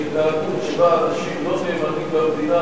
של התנהגות שבה אנשים לא נאמנים למדינה